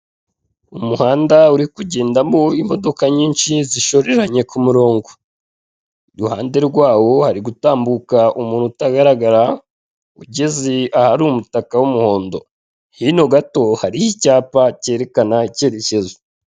Umuhanda uri kugendamo imodoka nyinshi zishoreranye ku murongo. Iruhande rwaho hari gutambuka umuntu utagaragara, ugeze ahari umutaka w'umuhondo. Hino gato hariho icyapa cyerekana icyerekezo.